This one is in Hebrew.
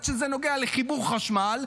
עד שזה נוגע לחיבור לחשמל,